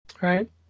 right